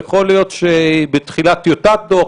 ויכול להיות שבתחילה טיוטת דוח,